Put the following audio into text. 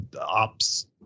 ops